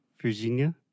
Virginia